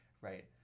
right